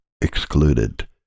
excluded